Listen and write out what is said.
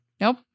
Nope